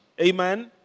Amen